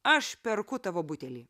aš perku tavo butelį